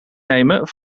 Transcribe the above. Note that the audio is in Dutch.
nemen